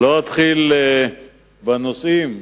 חברי הכנסת, אני לא אתחיל בנושאים.